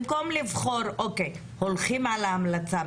במקום לבחור שהולכים על ההמלצה,